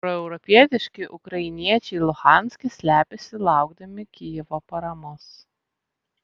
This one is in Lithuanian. proeuropietiški ukrainiečiai luhanske slepiasi laukdami kijevo paramos